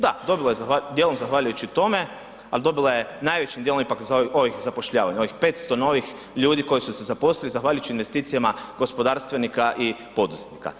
Da, dobila je dijelom zahvaljujući tome, ali dobila je najvećim dijelom ipak … zapošljavanje ovih 500 novih ljudi koji su se zaposlili zahvaljujući investicijama gospodarstvenika i poduzetnika.